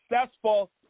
successful